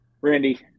Randy